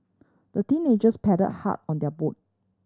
the teenagers paddled hard on their boat